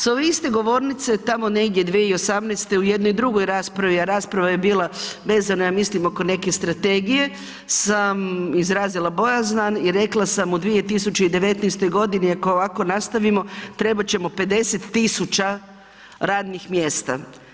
S ove iste govornice, tamo negdje 2018. u jednoj drugoj raspravi, a rasprava je bila vezano ja mislim oko neke strategije sam izrazila bojazan i rekla sam u 2019., ako ovako nastavimo, trebat ćemo 50 tisuća radnih mjesta.